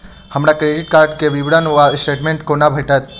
हमरा credit card केँ विवरण वा स्टेटमेंट कोना भेटत?